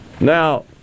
Now